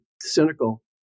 cynical